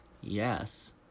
Yes